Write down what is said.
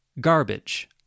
garbage